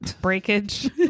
breakage